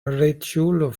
riĉulo